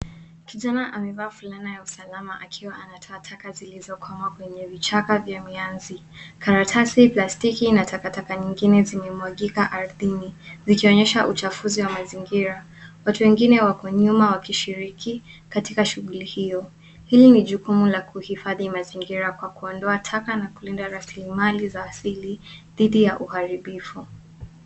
Kijana amevaa fulana ya usalama akiwa anatoa taka zilizokwama kwenye vichaka vya mianzi. Karatasi, plastiki na takataka nyingine zimemwagika ardhini zikionyesha uchafuzi wa mazingira. Watu wengine wako nyuma wakishiriki katika shughuli hiyo. Hili ni jukumu la kuhifadhi mazingira kwa kuondoa taka na kulinda raslimali za asili dithi ya uharibifu.